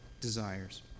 desires